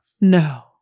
No